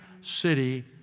city